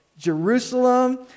Jerusalem